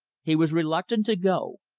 he was reluctant to go.